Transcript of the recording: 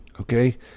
okay